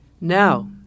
Now